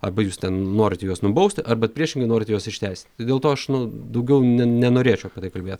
arba jūs ten norit juos nubausti arba priešingai norite juos išteisinti tai dėl to aš nu daugiau ne nenorėčiau apie tai kalbėt